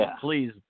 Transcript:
please